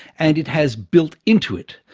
and it has built into it,